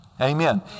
Amen